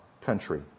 country